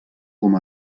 com